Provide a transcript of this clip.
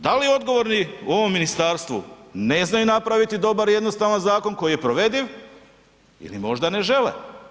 Da li odgovorni u ovom ministarstvu ne znaju napraviti dobar i jednostavan zakon koji je provediv ili možda ne žele.